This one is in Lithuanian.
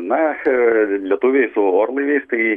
na lietuviai su orlaiviais tai